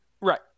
Right